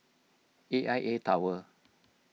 A I A Tower